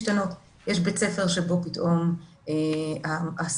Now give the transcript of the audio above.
כן יש צורך בפתיחת מצלמות ברמה הכללית כיוון